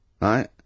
right